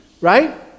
right